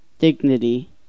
Dignity